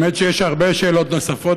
האמת היא שיש הרבה שאלות נוספות,